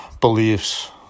beliefs